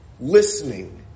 listening